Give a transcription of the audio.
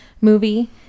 movie